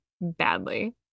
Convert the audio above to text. badly